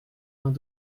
vingt